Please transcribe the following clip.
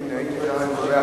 לאומיים,